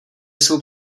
jsou